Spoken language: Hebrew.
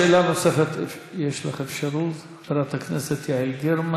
שאלה נוספת, יש לך אפשרות, חברת הכנסת יעל גרמן.